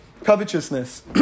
Covetousness